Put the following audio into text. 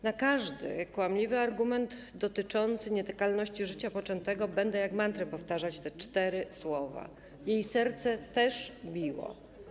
Na każdy kłamliwy argument dotyczący nietykalności życia poczętego będę jak mantrę powtarzać te cztery słowa: jej serce też biło.